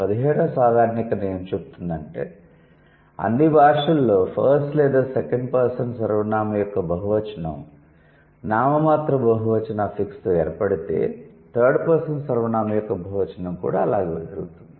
పదిహేడవ సాధారణీకరణ ఏమి చెబుతుందంటే అన్ని భాషలలో ఫస్ట్ లేదా సెకండ్ పర్సన్ సర్వనామం యొక్క బహువచనం నామమాత్రపు బహువచన అఫిక్స్ తో ఏర్పడితే థర్డ్ పర్సన్ సర్వనామం యొక్క బహువచనం కూడా అలాగే జరుగుతుంది